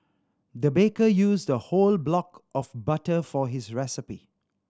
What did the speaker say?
the baker used a whole block of butter for this recipe